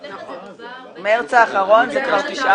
לפני זה זה דובר- - מרץ האחרון זה כבר תשעה חודשים.